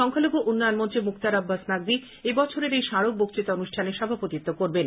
সংখ্যালঘ উন্নয়নমন্ত্রী মক্তার আব্বাস নাকভি এবছরের এই স্মারক বক্ততা অনুষ্ঠানের সভাপতিত্ব করবেন